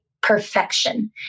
perfection